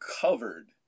covered